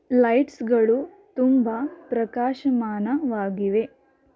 ಲೈಟ್ಸ್ಗಳು ತುಂಬ ಪ್ರಕಾಶಮಾನವಾಗಿವೆ